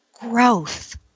growth